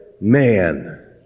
man